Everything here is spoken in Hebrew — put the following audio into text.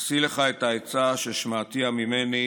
אשיא לך את העצה ששמעת ממני